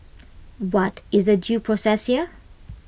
what is the due process here